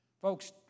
Folks